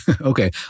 Okay